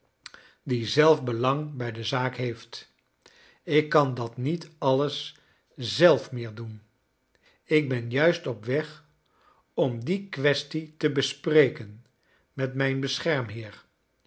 die zelf belang bij de zaak heeft ik kan dat niet alles zelf meer doen ik ben juist op weg om die quaestie te bespreken met mijn